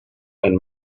and